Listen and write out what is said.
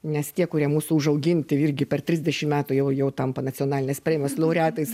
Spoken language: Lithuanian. nes tie kurie mūsų užauginti irgi per trisdešim metų jau jau tampa nacionalinės premijos laureatais